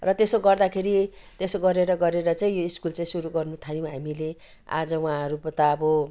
र त्यसो गर्दाखेरि त्यसो गरेर गरेर चाहिँ यो स्कुल सुरु गर्नु थाल्यौँ हामीले आज उहाँहरूको त अब